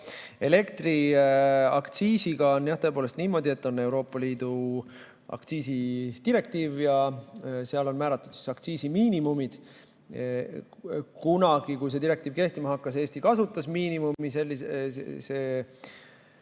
maksma. Elektriaktsiisiga on tõepoolest niimoodi, et on Euroopa Liidu aktsiisidirektiiv ja seal on määratud aktsiisimiinimumid. Kunagi, kui see direktiiv kehtima hakkas, Eesti kasutas miinimumi. Aegade